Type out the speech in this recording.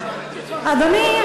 אדוני,